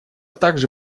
также